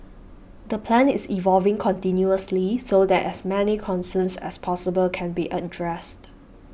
the plan is evolving continuously so that as many concerns as possible can be addressed